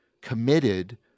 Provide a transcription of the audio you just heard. committed